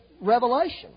revelation